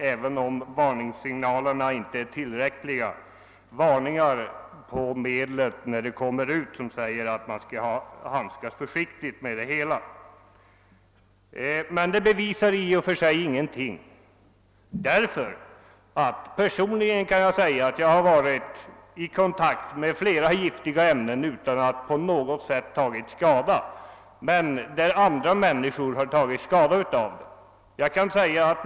även om varningssignalerna varit otillräckliga har det ändå sagts ifrån när medlen saluförts att man skall handskas försiktigt med dem. Och för övrigt bevisar inte detta exempel någonting. Jag har själv handskats med flera giftiga ämnen utan att på något sätt ta skada därav, medan andra människor har blivit skadade då de använt samma medel.